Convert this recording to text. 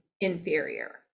inferior